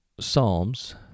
Psalms